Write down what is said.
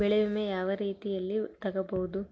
ಬೆಳೆ ವಿಮೆ ಯಾವ ರೇತಿಯಲ್ಲಿ ತಗಬಹುದು?